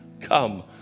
come